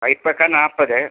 കയ്പ്പക്ക നാൽപത്